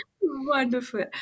Wonderful